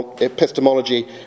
epistemology